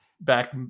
back